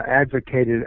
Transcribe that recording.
advocated